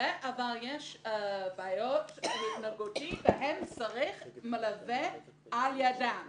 מלווה אבל יש בעיות התנהגותיות והילדים האלה צריכים בהסעה מלווה לידם.